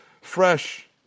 fresh